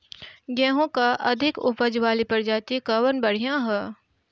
गेहूँ क अधिक ऊपज वाली प्रजाति कवन बढ़ियां ह?